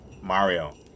Mario